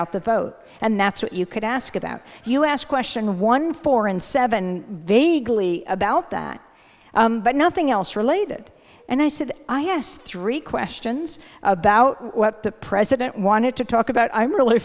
out the vote and that's what you could ask about us question one four and seven they glee about that but nothing else related and then i had three questions about what the president wanted to talk about i'm really